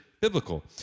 biblical